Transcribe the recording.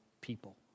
people